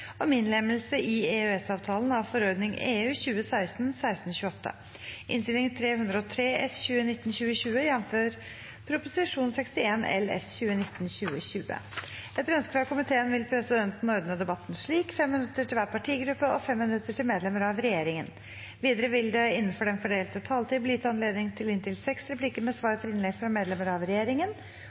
om at møtet i dag fortsetter utover kl. 16. Etter ønske fra arbeids- og sosialkomiteen vil presidenten ordne debatten slik: 5 minutter til hver partigruppe og 5 minutter til medlemmer av regjeringen. Videre vil det – innenfor den fordelte taletid – bli gitt anledning til inntil seks replikker med svar etter innlegg fra medlemmer av regjeringen,